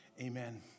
Amen